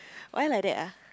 why like that ah